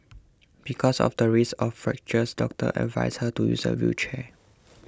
because of the risk of fractures doctors advised her to use a wheelchair